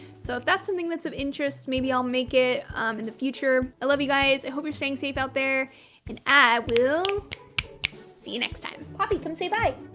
so if that's something that's of interest maybe i'll make it in the future. i love you guys. i hope you're staying safe out there and i will see you next time. poppy, come say bye.